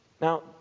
Now